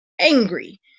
angry